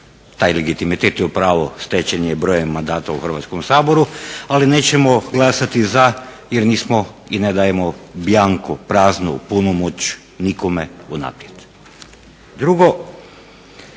Taj legitimitet i pravo i stečen je brojem mandata u Hrvatskom saboru, ali nećemo glasati za jer nismo i ne dajemo bjanko praznu punomoć nikome unaprijed.